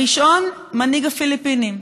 הראשון, מנהיג הפיליפינים,